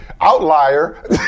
outlier